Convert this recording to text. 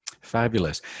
Fabulous